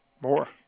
More